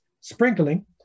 sprinkling